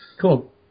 Cool